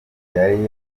yari